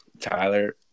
Tyler